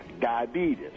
diabetes